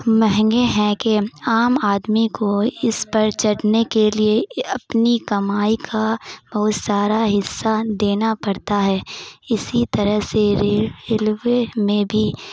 مہنگے ہیں کہ عام آدمی کو اس پر چلنے کے لیے اپنی کمائی کا بہت سارا حصہ دینا پڑتا ہے اسی طرح سے ریل ریلوے میں بھی